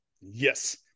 yes